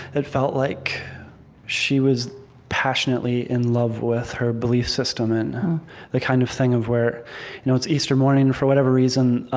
it felt like she was passionately in love with her belief system and the kind of thing of where you know it's easter morning, and for whatever reason